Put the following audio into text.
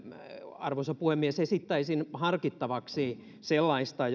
arvoisa puhemies esittäisin harkittavaksi sellaista